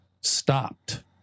stopped